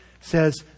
says